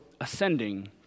ascending